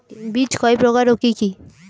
বীজ কয় প্রকার ও কি কি?